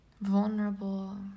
vulnerable